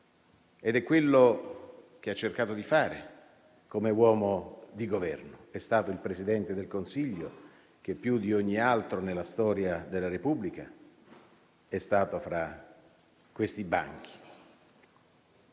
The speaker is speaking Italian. È quello che ha cercato di fare come uomo di Governo. È stato il Presidente del Consiglio che più di ogni altro nella storia della Repubblica è stato fra questi banchi.